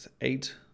eight